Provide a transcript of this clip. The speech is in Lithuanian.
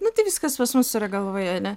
nu tai viskas pas mus yra galvoje ane